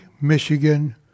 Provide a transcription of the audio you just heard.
Michigan